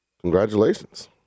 Congratulations